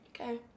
okay